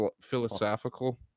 philosophical